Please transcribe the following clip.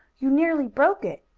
you nearly broke it.